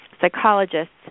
psychologists